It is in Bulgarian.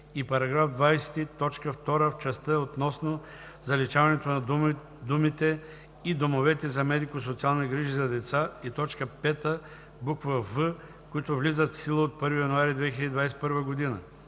и § 20, т. 2 в частта относно заличаването на думите „и домовете за медико-социални грижи за деца“, и т. 5, буква „в“, които влизат в сила от 1 януари 2021 г.; 2.